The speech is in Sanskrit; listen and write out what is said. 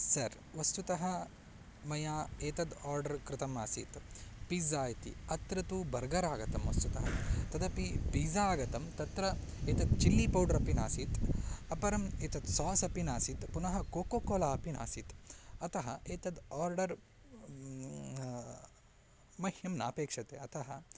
सर् वस्तुतः मया एतद् आर्डर् कृतम् आसीत् पिज़्ज़ा इति अत्र तु बर्गर् आगतं वस्तुतः तदपि पिज़्ज़ा आगतं तत्र एतत् चिल्लि पौडर् अपि नासीत् अपरम् एतत् सास् अपि नासीत् पुनः कोको कोला अपि नासीत् अतः एतत् आर्डर् मह्यं नापेक्षते अतः